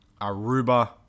Aruba